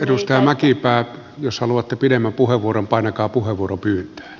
edustaja mäkipää jos haluatte pidemmän puheenvuoron painakaa puheenvuoropyyntöä